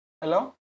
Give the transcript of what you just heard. Hello